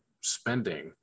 spending